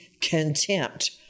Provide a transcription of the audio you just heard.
contempt